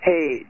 Hey